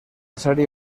serie